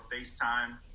FaceTime